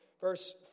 Verse